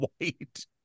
white